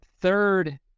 third